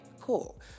Cool